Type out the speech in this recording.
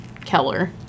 Keller